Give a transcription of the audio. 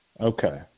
Okay